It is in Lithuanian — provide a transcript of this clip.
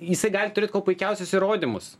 jisai gali turėt kuo puikiausius įrodymus